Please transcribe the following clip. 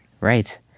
right